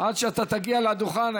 עד שאתה תגיע לדוכן,